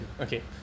Okay